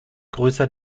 größer